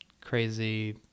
crazy